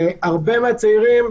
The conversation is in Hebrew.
הרבה מן הצעירים,